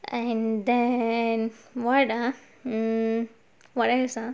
and then what ah mm what else ah